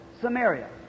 Samaria